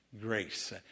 grace